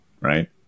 right